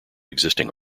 existing